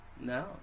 No